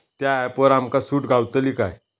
त्या ऍपवर आमका सूट गावतली काय?